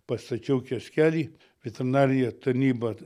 pastačiau kioskelį veterinarija tarnyba